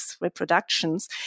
reproductions